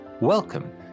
Welcome